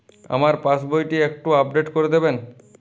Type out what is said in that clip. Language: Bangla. আমার পাসবই টি একটু আপডেট করে দেবেন?